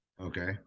Okay